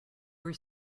were